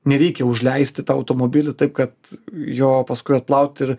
nereikia užleisti tą automobilį taip kad jo paskui atplaut ir